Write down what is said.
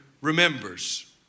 remembers